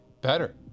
better